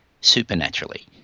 supernaturally